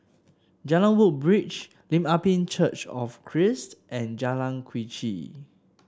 Jalan Woodbridge Lim Ah Pin Church of Christ and Jalan Quee Chew